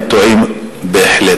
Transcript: הם טועים בהחלט.